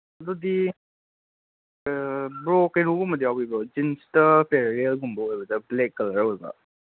ꯑꯗꯨꯗꯤ ꯕ꯭ꯔꯣ ꯀꯩꯅꯣꯒꯨꯝꯕꯗꯤ ꯌꯥꯎꯕꯤꯕ꯭ꯔꯣ ꯖꯤꯟꯁꯇ ꯄꯔꯦꯜꯂꯦꯜꯒꯨꯝꯕ ꯑꯣꯏꯕꯗ ꯕ꯭ꯂꯦꯛ ꯀꯂꯔ ꯑꯣꯏꯕ